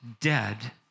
dead